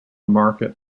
market